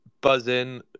Buzzing